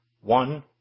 One